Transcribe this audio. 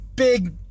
Big